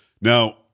Now